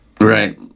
Right